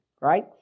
Right